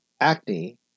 acne